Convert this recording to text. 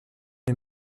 les